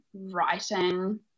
writing